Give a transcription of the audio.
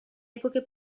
epoche